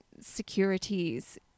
Securities